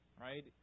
right